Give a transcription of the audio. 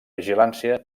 vigilància